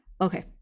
Okay